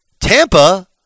Tampa